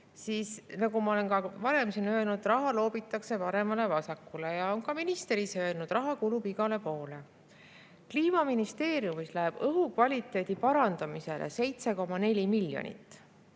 siis – nagu ma olen ka varem siin öelnud – raha loobitakse paremale-vasakule. Ka minister ise on öelnud, et raha kulub igale poole. Kliimaministeeriumis läheb õhu kvaliteedi parandamisele 7,4 miljonit.